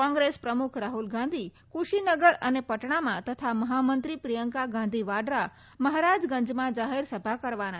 કોંગ્રેસ પ્રમુખ રાહુલ ગાંધી કુશીનગર અને પટણામાં તથા મહામંત્રી પ્રિયંકા ગાંધી વાડરા મહારાજગંજમાં જાહેરસભા કરવાના છે